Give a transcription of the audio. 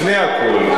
לפני הכול.